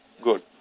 Good